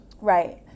Right